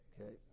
Okay